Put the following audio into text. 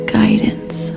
guidance